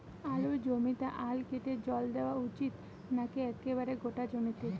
আলুর জমিতে আল কেটে জল দেওয়া উচিৎ নাকি একেবারে গোটা জমিতে?